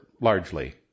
largely